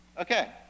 Okay